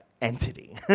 entity